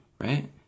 right